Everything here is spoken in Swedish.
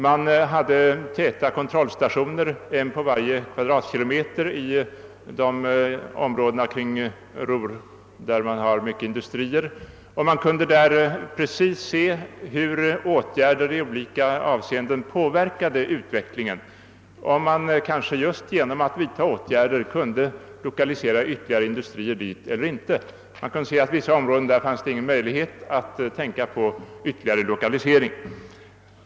Man hade en kontrollstation på varje kvadratkilometer i de områden kring Ruhr där det finns många industrier, och man kunde där precis se hur olika åtgärder påverkade utvecklingen och om man just genom att vidta åtgärder kunde lokalisera ytterligare industrier dit eller inte. Man kunde se att det i vissa områden inte fanns någon möjlighet till ytterligare lokalisering.